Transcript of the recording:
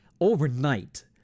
overnight